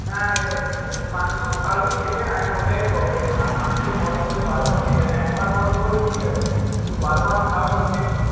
না এটা মাংস তো কালকে খেতে নাই না ওটাই প্রবলেম আর মাংস গরম করে বারবার খেতে নাই একবার গরম করলে ঠিক আছে কিন্তু বারবার খাওয়াটা উচিত নয়